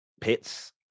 pits